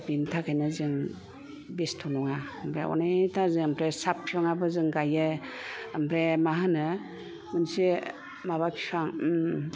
दा बेनि थाखायनो जों बेस्थ ' नङा ओमफ्राय अनेक था जों साफ्रोमाबो जों गायो आमफ्राय मा होनो मोनसे माबा बिफां